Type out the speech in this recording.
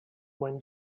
when